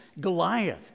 Goliath